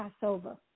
Passover